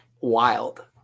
wild